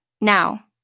Now